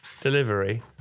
delivery